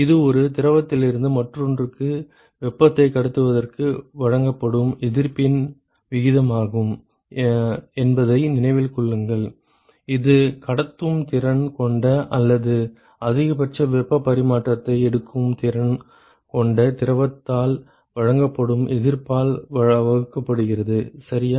இது ஒரு திரவத்திலிருந்து மற்றொன்றுக்கு வெப்பத்தை கடத்துவதற்கு வழங்கப்படும் எதிர்ப்பின் விகிதமாகும் என்பதை நினைவில் கொள்ளுங்கள் இது கடத்தும் திறன் கொண்ட அல்லது அதிகபட்ச வெப்ப பரிமாற்றத்தை எடுக்கும் திறன் கொண்ட திரவத்தால் வழங்கப்படும் எதிர்ப்பால் வகுக்கப்படுகிறது சரியா